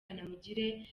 kanamugire